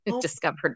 discovered